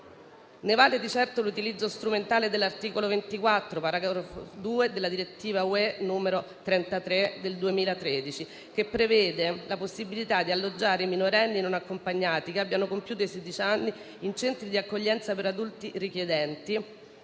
Né vale l'utilizzo strumentale dell'articolo 24, paragrafo 2, della direttiva 2013/33/UE, che prevede la possibilità di alloggiare i minorenni non accompagnati che abbiano compiuto i sedici anni in centri di accoglienza per adulti richiedenti,